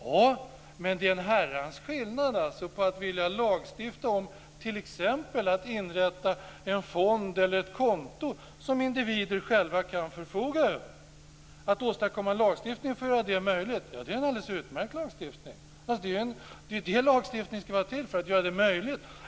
Ja, men det är en herrans skillnad på att vilja lagstifta om t.ex. att inrätta en fond eller ett konto som individer själva kan förfoga över. Att åstadkomma en lagstiftning för att göra det möjligt är en alldeles utmärkt lagstiftning. Det är vad lagstiftningen ska var till för - att göra det möjligt.